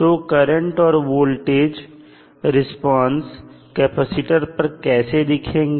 तो करंट और voltage response capacitor पर कैसे दिखेंगे